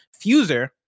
Fuser